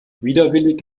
widerwillig